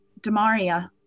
DeMaria